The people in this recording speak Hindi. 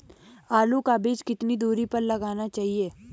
आलू का बीज कितनी दूरी पर लगाना चाहिए?